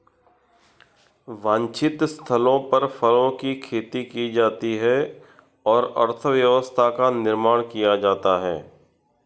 वांछित स्थलों पर फलों की खेती की जाती है और अर्थव्यवस्था का निर्माण किया जाता है